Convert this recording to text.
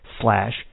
slash